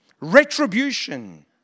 Retribution